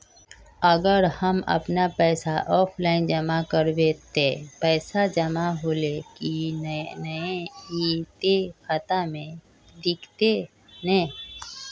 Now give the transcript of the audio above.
अगर हम अपन पैसा ऑफलाइन जमा करबे ते पैसा जमा होले की नय इ ते खाता में दिखते ने?